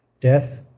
death